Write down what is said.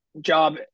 job